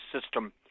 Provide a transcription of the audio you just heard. system